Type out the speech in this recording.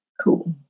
Cool